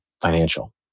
financial